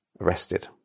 arrested